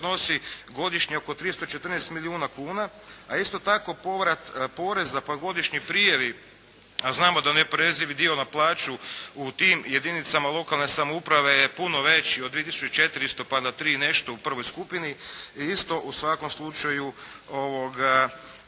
godišnje oko 314 milijuna kuna, a isto tako povrat poreza, pa godišnji priljevi znamo da neoporezivi dio na plaću u tim jedinicama lokalne samouprave je puno veći od 2400 pa na 3 i nešto u prvoj skupini je isto u svakom slučaju